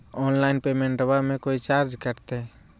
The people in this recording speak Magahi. ऑनलाइन पेमेंटबां मे कोइ चार्ज कटते?